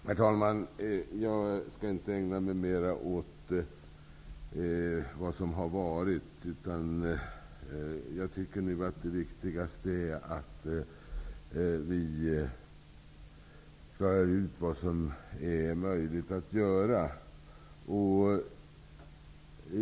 Herr talman! Jag skall inte ägna mig mer åt det som har varit. Det viktigaste är nu att vi klarar ut vad som är viktigt att göra.